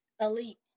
Elite